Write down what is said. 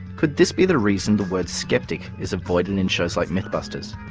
could this be the reason the word skeptic is avoided in shows like mythbusters,